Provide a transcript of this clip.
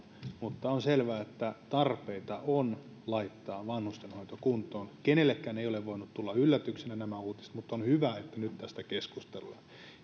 mutta on selvää että tarpeita on laittaa vanhustenhoito kuntoon kenellekään ei ole voinut tulla yllätyksenä nämä uutiset mutta on hyvä että nyt tästä keskustellaan